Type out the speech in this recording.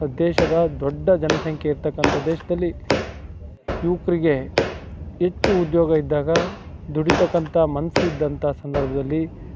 ದೇಶದ ದೊಡ್ಡ ಜನಸಂಖ್ಯೆ ಇರ್ತಕ್ಕಂಥ ದೇಶದಲ್ಲಿ ಯುವಕ್ರಿಗೆ ಹೆಚ್ಚು ಉದ್ಯೋಗ ಇದ್ದಾಗ ದುಡಿತಕ್ಕಂಥ ಮನ್ಸಿದ್ದಂಥ ಸಂದರ್ಭದಲ್ಲಿ